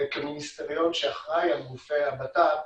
כמיניסטריון שאחראי על גופי הבט"פ,